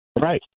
Right